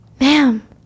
Ma'am